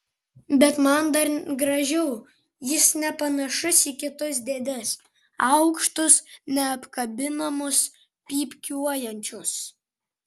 bet man dar gražiau jis nepanašus į kitus dėdes aukštus neapkabinamus pypkiuojančius